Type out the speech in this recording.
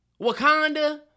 Wakanda